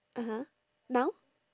(uh huh) now